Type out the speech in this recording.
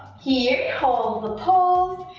here hold the pose,